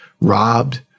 robbed